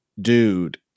dude